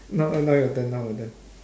now uh now your turn now your turn